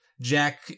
Jack